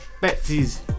Betsy's